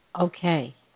okay